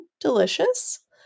delicious